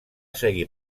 seguir